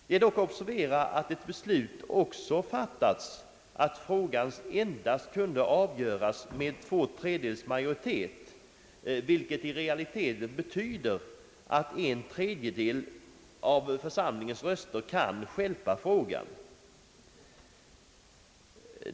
Det är dock att observera att ett beslut också fattats att frågan endast kunde avgöras med två tredjedels majoritet, vilket 1 realiteten betyder att en tredjedel av församlingens röster kan stjälpa frågan.